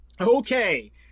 Okay